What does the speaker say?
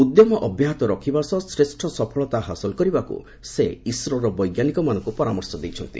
ଉଦ୍ୟମ ଅବ୍ୟାହତ ରଖିବା ସହ ଶ୍ରେଷ୍ଠ ସଫଳତା ହାସଲ କରିବାକୁ ସେ ଇସ୍ରୋର ବୈଜ୍ଞାନିକମାନଙ୍କୁ ପରାମର୍ଶ ଦେଇଛନ୍ତି